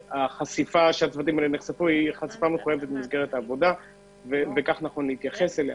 הצוותים נחשפו לחולי קורונה במסגרת עבודתם וכך נכון להתייחס לזה.